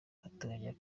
ateganya